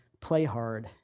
play-hard